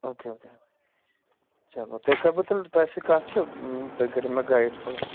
okay okay چلو تیٚلہِ کَرٕ بہٕ تیٚلہِ توہہِ سۭتۍ کَتھ تہٕ تُہۍ کٔرِو مےٚ گایِڈ تھوڑا